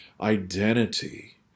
identity